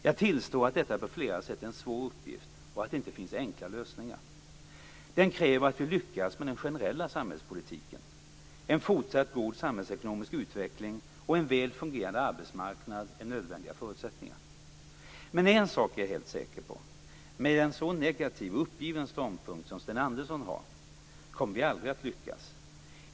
Jag tillstår att detta på flera sätt är en svår uppgift och att det inte finns enkla lösningar. Den kräver att vi lyckas med den generella samhällspolitiken. En fortsatt god samhällsekonomisk utveckling och en väl fungerande arbetsmarknad är nödvändiga förutsättningar. Men en sak är jag helt säker på. Med en sådan negativ och uppgiven utgångspunkt som Sten Andersson har kommer vi aldrig att lyckas.